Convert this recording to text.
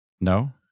No